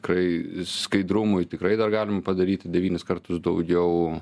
kai skaidrumui tikrai dar galim padaryt devynis kartus daugiau